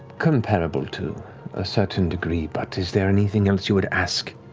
comparable to a certain degree, but is there anything else you would ask?